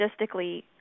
logistically